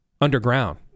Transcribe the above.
underground